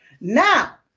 Now